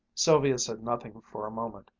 sylvia said nothing for a moment,